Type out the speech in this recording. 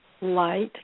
light